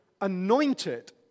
anointed